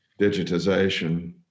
digitization